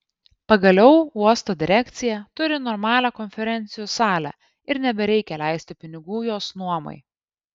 pagaliau uosto direkcija turi normalią konferencijų salę ir nebereikia leisti pinigų jos nuomai